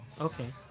Okay